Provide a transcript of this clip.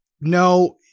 No